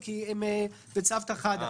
כי הם בצוותא חדא.